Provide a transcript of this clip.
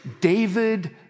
David